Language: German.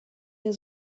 der